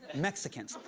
mexicans.